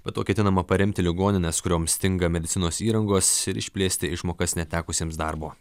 be to ketinama paremti ligonines kurioms stinga medicinos įrangos ir išplėsti išmokas netekusiems darbo